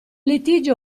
litigio